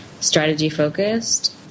strategy-focused